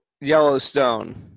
Yellowstone